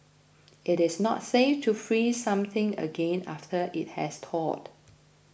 it is not safe to freeze something again after it has thawed